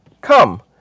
Come